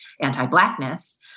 anti-blackness